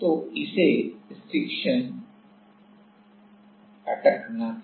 तो इसे स्टिक्शन अटकना कहते है